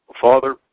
Father